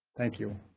thank you.